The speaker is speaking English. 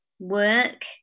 work